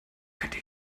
könnte